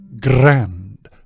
Grand